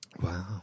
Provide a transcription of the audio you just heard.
Wow